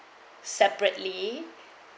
separately